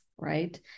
right